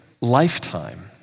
lifetime